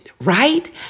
right